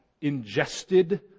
ingested